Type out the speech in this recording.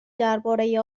درباره